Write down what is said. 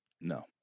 no